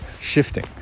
shifting